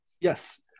Yes